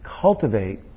cultivate